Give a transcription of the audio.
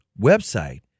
website